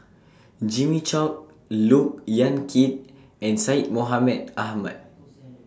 Jimmy Chok Look Yan Kit and Syed Mohamed Ahmed